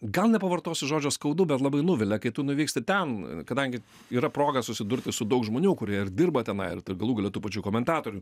gal nepavartosiu žodžio skaudu bet labai nuvilia kai tu nuvyksti ten kadangi yra proga susidurti su daug žmonių kurie ir dirba tenai ir galų gale tų pačių komentatorių